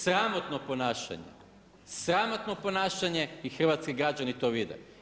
Sramotno ponašanje, sramotno ponašanje i hrvatski građani to vide.